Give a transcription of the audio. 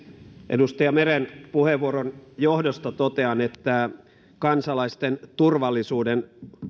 edustaja meren puheenvuoron johdosta totean että kansalaisten turvallisuuden